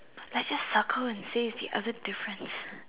let's just circle and say it's the other difference